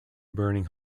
burning